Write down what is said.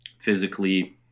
physically